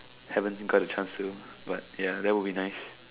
haven't got a chance to but ya that would be nice